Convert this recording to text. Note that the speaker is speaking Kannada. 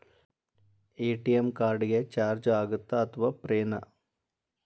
ಸರ್ ಎ.ಟಿ.ಎಂ ಕಾರ್ಡ್ ಗೆ ಚಾರ್ಜು ಆಗುತ್ತಾ ಅಥವಾ ಫ್ರೇ ನಾ?